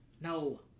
No